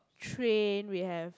train we have